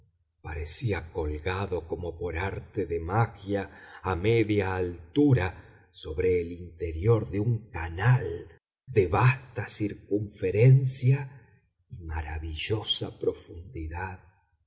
parecía colgado como por arte de magia a media altura sobre el interior de un canal de vasta circunferencia y maravillosa profundidad